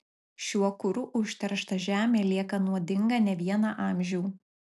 šiuo kuru užteršta žemė lieka nuodinga ne vieną amžių